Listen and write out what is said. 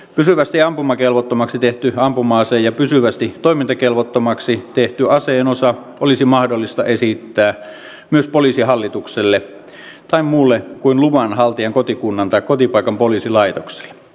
pysyvästi ampumakelvottomaksi tehty ampuma ase ja pysyvästi toimintakelvottomaksi tehty aseen osa olisi mahdollista esittää myös poliisihallitukselle tai muulle kuin luvanhaltijan kotikunnan tai kotipaikan poliisilaitokselle